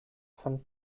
von